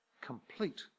complete